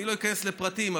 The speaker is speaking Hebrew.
אני לא איכנס לפרטים,